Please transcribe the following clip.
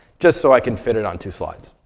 just so i can fit it on two slides.